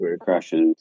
crashes